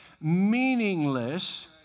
meaningless